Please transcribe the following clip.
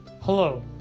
Hello